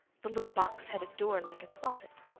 the little box had a door like a closet.